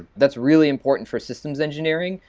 that's really important for systems engineering.